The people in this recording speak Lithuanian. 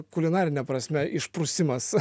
kulinarine prasme išprusimas